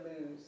lose